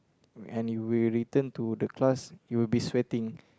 and you will return to the class you will be sweating